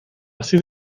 así